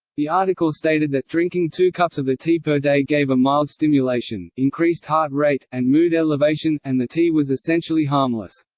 the article stated that drinking two cups of the tea per day gave a mild stimulation, increased heart rate, and mood elevation, and the tea was essentially harmless.